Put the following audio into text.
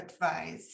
advice